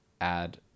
add